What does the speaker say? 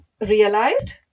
realized